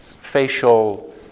facial